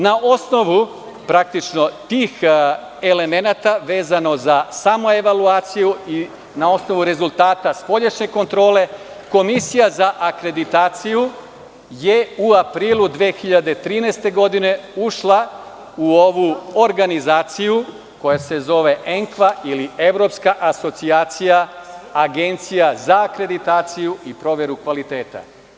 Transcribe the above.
Na osnovu tih elemenata vezano za samoevaulaciju i na osnovu rezultata spoljašnje kontrole, Komisija za akreditaciju je u aprilu 2013. godine ušla u ovu organizaciju, koja se zove ENKVA ili Evropska asocijacija agencija za akreditaciju i proveru kvaliteta.